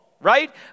right